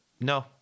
no